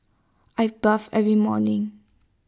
I bathe every morning